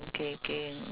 okay okay mm